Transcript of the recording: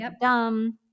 dumb